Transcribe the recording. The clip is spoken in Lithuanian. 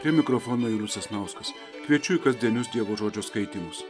prie mikrofono julius sasnauskas kviečiu į kasdienius dievo žodžio skaitymus